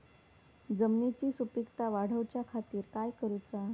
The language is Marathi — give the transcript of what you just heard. जमिनीची सुपीकता वाढवच्या खातीर काय करूचा?